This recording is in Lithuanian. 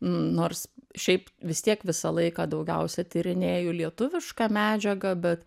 nors šiaip vis tiek visą laiką daugiausia tyrinėju lietuvišką medžiagą bet